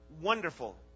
wonderful